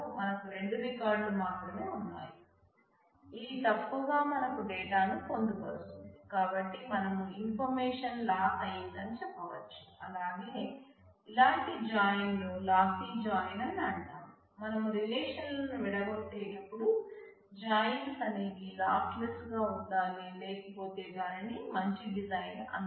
మనం రిలేషన్లను విడగోట్టే అప్పుడు జాయిన్స్ అనేవి లాస్లెస్ గా ఉండాలి లేకపోతే దానిని మంచి డిజైన్ అనరు